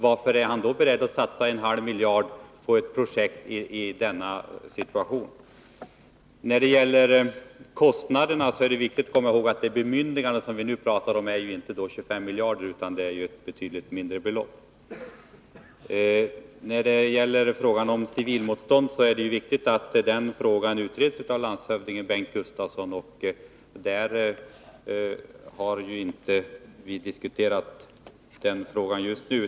Varför är han då beredd att satsa en halv miljard på detta projekt? När det gäller kostnaderna är det viktigt att komma ihåg att det bemyndigande som vi nu talar om inte gäller 25 miljarder utan ett betydligt mindre belopp. Det är viktigt att civilmotståndet utreds av landshövding Bengt Gustavsson. Den frågan har vi ju inte diskuterat just nu.